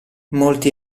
molti